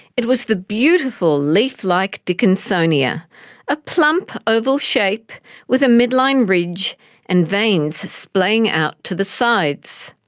it was the beautiful leaf-like dickinsonia a plump oval shape with a midline ridge and veins splaying out to the sides.